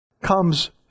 comes